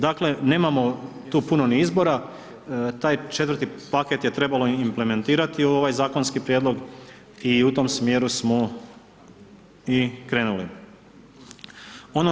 Dakle, nemamo tu puno ni izbora, taj četvrti paket je trebalo implementirati u ovaj zakonski prijedlog i u tom smjeru smo i krenuli.